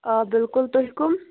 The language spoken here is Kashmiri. آ بِلکُل تُہۍ کٕم